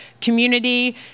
community